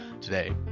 today